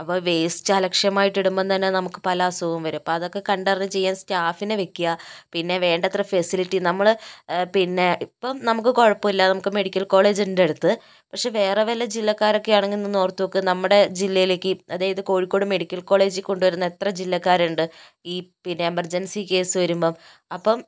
അപ്പൊ വേസ്റ്റ് അലക്ഷ്യമായിട്ട് ഇടുമ്പോൾ തന്നെ നമുക്ക് പല അസുഖവും വരും അപ്പൊ അതൊക്കെ കണ്ടറിഞ്ഞു ചെയ്യാന് സ്റ്റാഫിനെ വയ്ക്കുക പിന്നെ വേണ്ടത്ര ഫെസിലിറ്റി നമ്മള് പിന്നെ ഇപ്പൊ നമുക്ക് കുഴപ്പം ഇല്ല നമുക്ക് മെഡിക്കല് കോളേജ് ഉണ്ട് അടുത്ത് പക്ഷെ വേറെ വല്ല ജില്ലക്കാരൊക്കെ ആണെങ്കില് ഒന്നോര്ത്തു നോക്ക് നമ്മുടെ ജില്ലയിലേക്ക് അതായത് കോഴിക്കോട് മെഡിക്കല് കോളേജിൽ കൊണ്ടു വരുന്ന എത്ര ജില്ലക്കാരുണ്ട് ഈ പിന്നെ എമര്ജന്സി കേസ് വരുമ്പോൾ അപ്പൊ